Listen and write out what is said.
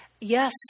Yes